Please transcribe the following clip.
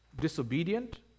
disobedient